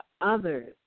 others